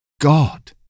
God